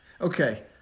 Okay